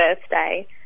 birthday